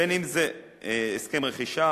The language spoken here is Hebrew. בין שזה הסכם רכישה,